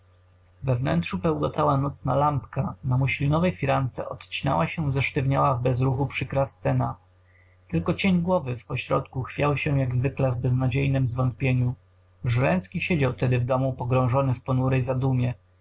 we wnętrzu pełgotała nocna lampka na muślinowej firance odcinała się zesztywniała w bezruchu przykra scena tylko cień głowy w pośrodku chwiał się jak zwykle w beznadziejnem zwątpieniu żręcki siedział tedy w domu pogrążony w ponurej zadumie